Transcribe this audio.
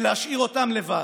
ולהשאיר אותם לבד.